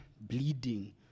bleeding